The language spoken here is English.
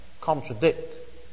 contradict